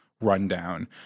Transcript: rundown